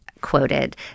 quoted